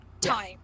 time